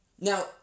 now